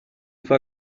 fue